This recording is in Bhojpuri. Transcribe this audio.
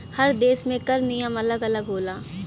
हर देस में कर नियम अलग अलग होला